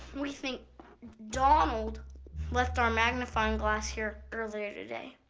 we think donald left our magnifying glass here earlier today.